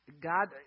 God